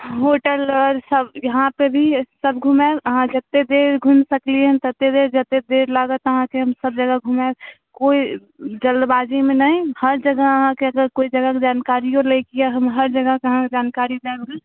hotel आओरसब यहाँ पर भी सब घुमाएब अहाँके जतेक देर घुमि सकलिए हँ ततेक देर जतेक देर लागत अहाँके हमसब जगह घुमाएब कोइ जल्दबाजीमे नहि हर जगह अहाँके अगर कोइ जगहके जानकारिओ लैके हम हर जगहके अहाँके जानकारी देब गे